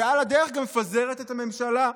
שעל הדרך גם מפזרת את הממשלה?